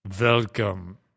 Welcome